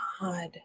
God